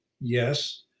Yes